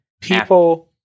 people